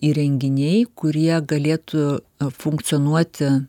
įrenginiai kurie galėtų funkcionuoti